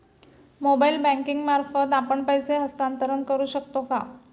Mobile banking मार्फत आपण पैसे हस्तांतरण करू शकतो का?